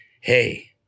Hey